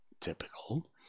typical